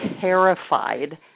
terrified